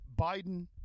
Biden